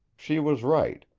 she was right,